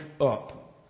up